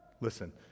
Listen